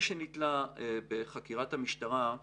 וכל מי שנתלה בחקירת המשטרה,